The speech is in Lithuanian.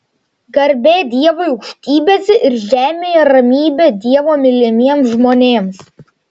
garbė dievui aukštybėse ir žemėje ramybė dievo mylimiems žmonėms